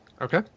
Okay